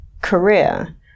career